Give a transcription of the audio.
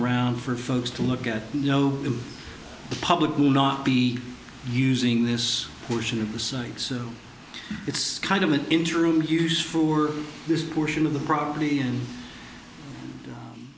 around for folks to look at you know the public will not be using this portion of the site so it's kind of an interim use for this portion of the property and